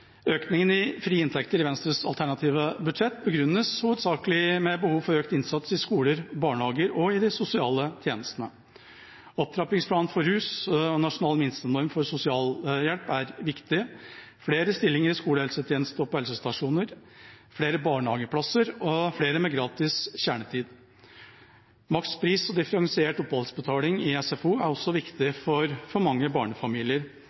Økningen i frie inntekter i Venstres alternative budsjett begrunnes hovedsakelig med behov for økt innsats i skoler, barnehager og sosiale tjenester. Opptrappingsplanen for rusfeltet og en nasjonal minstenorm for sosialhjelp er viktige. Flere stillinger i skolehelsetjenesten og på helsestasjoner, flere barnehageplasser, flere med gratis kjernetid, makspris og differensiert oppholdsbetaling for SFO er også viktig for mange barnefamilier,